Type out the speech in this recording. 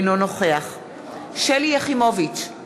אינו נוכח שלי יחימוביץ,